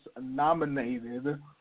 nominated